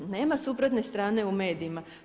Nema suprotne strane u medijima.